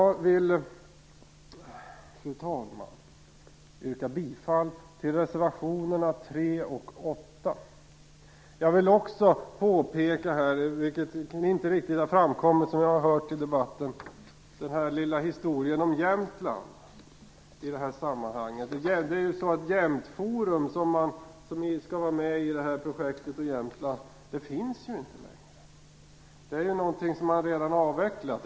Jag vill yrka bifall till reservationerna Jag vill också kommentera den lilla historien om Jämtland som vi har hört om i debatten. Det ju så att Jämtforum som skall vara med i projektet om Jämtland inte längre finns. Man har redan avvecklat det.